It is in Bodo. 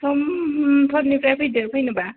समफोरनिफ्राय फैदो फैनोबा